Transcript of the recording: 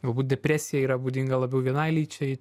galbūt depresija yra būdinga labiau vienai lyčiai